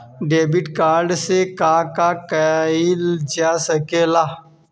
Debit card से का का कइल जा सके ला?